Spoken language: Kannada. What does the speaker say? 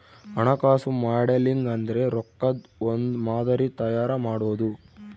ಹಣಕಾಸು ಮಾಡೆಲಿಂಗ್ ಅಂದ್ರೆ ರೊಕ್ಕದ್ ಒಂದ್ ಮಾದರಿ ತಯಾರ ಮಾಡೋದು